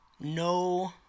no